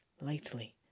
lightly